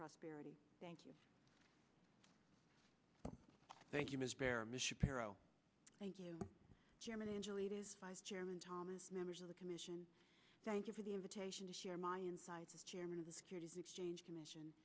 prosperity thank you thank you thank you chairman thomas members of the commission thank you for the invitation to share my inside the chairman of the securities exchange commission